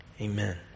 amen